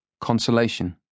Consolation